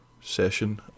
session